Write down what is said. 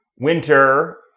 winter